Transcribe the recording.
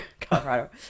Colorado